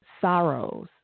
sorrows